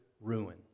ruin